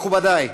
מכובדי,